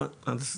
לא,